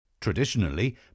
Traditionally